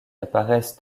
apparaissent